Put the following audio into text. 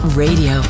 Radio